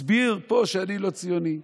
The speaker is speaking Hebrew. הסביר פה שאני לא ציוני.